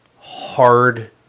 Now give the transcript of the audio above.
hard